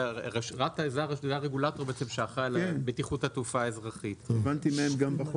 זה הרגולטור שאחראי על בטיחות התעופה האזרחית.